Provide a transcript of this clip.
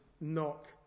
knock